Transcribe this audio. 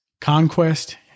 conquest